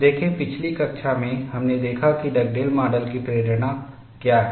देखें पिछली कक्षा में हमने देखा कि डगडेल माडल की प्रेरणा क्या है